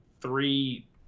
three